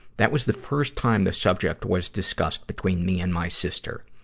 that was the first time the subject was discussed between me and my sister.